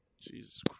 Jesus